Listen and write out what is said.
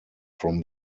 from